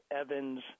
evans